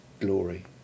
glory